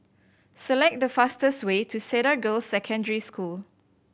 select the fastest way to Cedar Girls' Secondary School